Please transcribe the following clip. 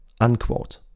Unquote